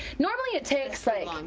normally it takes like